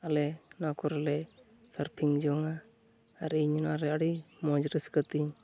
ᱟᱞᱮ ᱱᱚᱣᱟ ᱠᱚᱨᱮᱞᱮ ᱥᱟᱨᱯᱷᱤᱝ ᱡᱚᱝᱟ ᱟᱨ ᱤᱧ ᱱᱚᱣᱟᱨᱮ ᱟᱹᱰᱤ ᱢᱚᱡᱽ ᱨᱟᱹᱥᱠᱟᱹᱛᱤᱧ